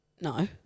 No